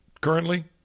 currently